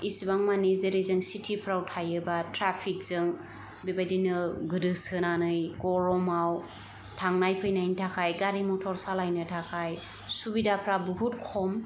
इसिबां मानि जेरै जों सिटिफ्राव थायोबा ट्राफिकजों बेबायदिनो गोदोसोनानै गरमाव थांनाय फैनायनि थाखाय गारि मटर सालायनो थाखाय सुबिदाफ्रा बहुत खम